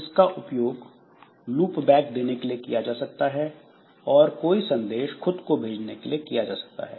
इसका उपयोग लूपबैक देने के लिए किया जा सकता है और कोई संदेश खुद को भेजने के लिए किया जा सकता है